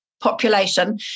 population